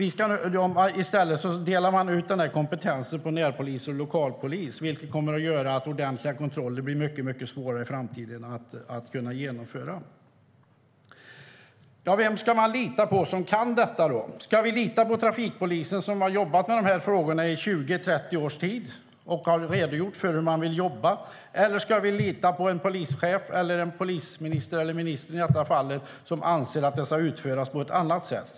I stället fördelas kompetensen på närpolis och lokalpolis, vilket kommer att medföra att ordentliga kontroller blir mycket svårare att genomföra i framtiden. Vem ska man lita på kan detta? Ska vi lita på trafikpolisen, som har jobbat med de här frågorna i 20-30 år och redogjort för hur de vill jobba, eller ska vi lita på en polischef och på ministern som anser att det ska utföras på ett annat sätt?